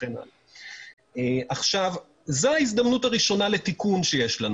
זאת ההזדמנות הראשונה שיש לנו לתיקון.